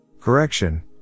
Correction